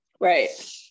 right